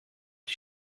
die